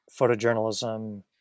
photojournalism